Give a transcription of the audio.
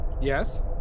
Yes